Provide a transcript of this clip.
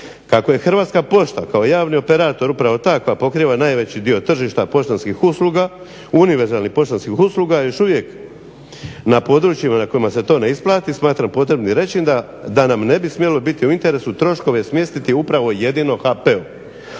Kako je Hrvatska pošta kao javni operator upravo ta koja pokriva najveći dio tržišta poštanskih usluga, univerzalnih poštanskih usluga još uvijek na područjima na kojima se to ne isplati smatram potrebnim reći da nam ne bi smjelo biti u interesu troškove smjestiti upravo i jedino HP-u.